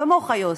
כמוך, יוסי,